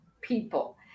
people